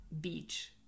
Beach